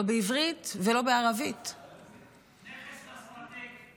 לא בעברית ולא בערבית -- נכס אסטרטגי.